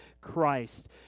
Christ